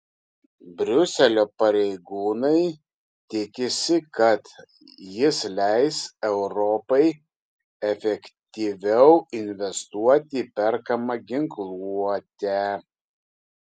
briuselio pareigūnai tikisi kad jis leis europai efektyviau investuoti į perkamą ginkluotę